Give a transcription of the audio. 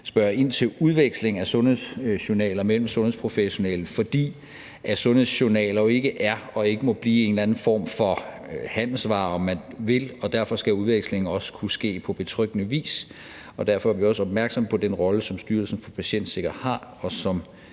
spørge ind til udveksling af sundhedsjournaler mellem sundhedsprofessionelle, fordi sundhedsjournaler jo ikke er og ikke må blive en eller anden form for handelsvare, om man vil. Derfor skal udveksling også kunne ske på betryggende vis, og derfor er vi også opmærksomme på den rolle, som Styrelsen for Patientsikkerhed har, og som